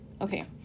okay